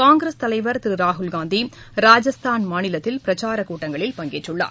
காங்கிரஸ் தலைவா் திருராகுல்காந்தி ராஜஸ்தான் மாநிலத்தில் பிரச்சாரக்கூட்டங்களில் பங்கேற்றுள்ளார்